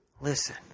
listen